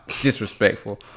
disrespectful